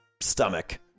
stomach